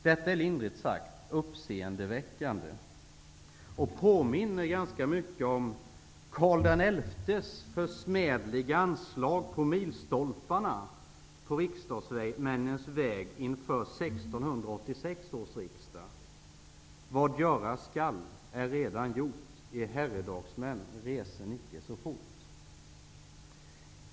Detta är lindrigt sagt uppseendeväckande, och det påminner ganska mycket om Karl XI:s försmädliga anslag på milstolparna på riksdagsmännens väg inför 1686 års riksdag: Vad göras skall är redan gjort, I herredagsmän resen icke så fort.